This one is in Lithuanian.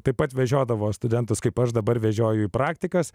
taip pat vežiodavo studentus kaip aš dabar vežioju į praktikas